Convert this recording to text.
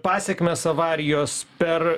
pasekmes avarijos per